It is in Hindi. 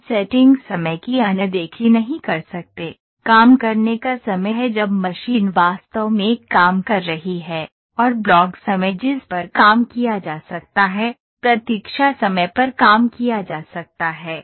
हम सेटिंग समय की अनदेखी नहीं कर सकते काम करने का समय है जब मशीन वास्तव में काम कर रही है और ब्लॉक समय जिस पर काम किया जा सकता है प्रतीक्षा समय पर काम किया जा सकता है